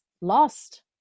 lost